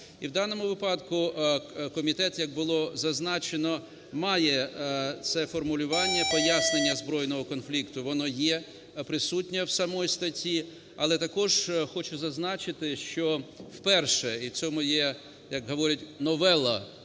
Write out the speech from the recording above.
І в даному випадку комітет, як було зазначено, має це формулювання. Пояснення збройного конфлікту, воно є, присутнє в самій статті. Але також хочу зазначити, що вперше - і в цьому є, як говорять, новела